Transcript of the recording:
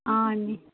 ఆ అండి